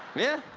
yeah,